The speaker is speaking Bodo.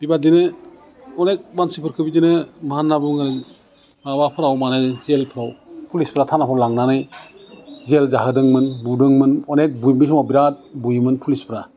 बिबादिनो अनेक मानसिफोरखौ बिदिनो मा होन्ना बुङो माबाफ्राव माने जेलफ्राव पुलिसफ्रा थानाफ्राव लांनानै जेल जाहोदोंमोन बुदोंमोन अनेक बु बे समाव बिराद बुयोमोन पुलिसफ्रा